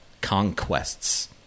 conquests